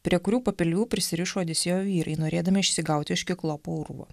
prie kurių papilvių prisirišo odisėjo vyrai norėdami išsigauti iš kiklopo urvo